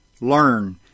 learn